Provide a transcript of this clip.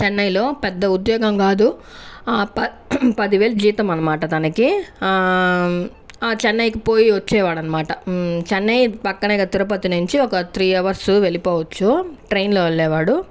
చెన్నైలో పెద్ద ఉద్యోగం కాదు ప పదివేలు జీతమనమాట తనకి చెన్నైకి పోయి వచ్చేవాడనమాట చెన్నై పక్కనే కదా తిరుపతి నుంచి ఒక త్రీ హవర్స్ వెళ్లిపోవచ్చు ట్రైన్ లో వెళ్ళేవాడు